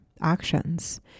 actions